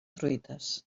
truites